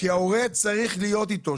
ההורה צריך להיות איתו.